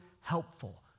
helpful